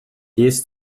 jest